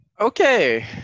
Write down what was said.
Okay